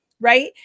right